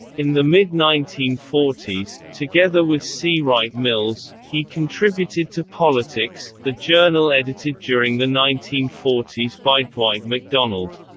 in the mid nineteen forty s, together with c. wright mills, he contributed to politics, the journal edited during the nineteen forty s by dwight macdonald.